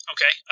Okay